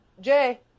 Jay